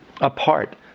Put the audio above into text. Apart